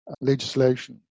legislation